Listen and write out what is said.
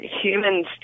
Humans